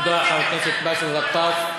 תודה, חבר הכנסת באסל גטאס.